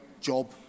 job